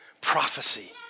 Prophecy